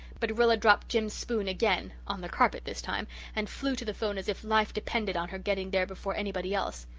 but rilla dropped jims' spoon again on the carpet this time and flew to the phone as if life depended on her getting there before anybody else.